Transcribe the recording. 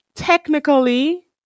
Technically